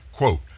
quote